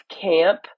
camp